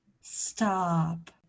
Stop